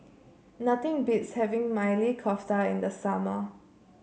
nothing beats having Maili Kofta in the summer